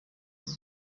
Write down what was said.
bw’u